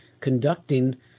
conducting